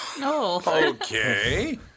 Okay